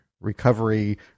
recovery